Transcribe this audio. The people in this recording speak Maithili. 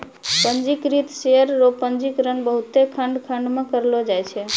पंजीकृत शेयर रो पंजीकरण बहुते खंड खंड मे करलो जाय छै